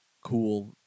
cool